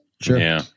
Sure